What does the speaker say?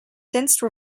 since